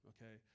Okay